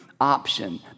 option